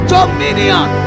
Dominion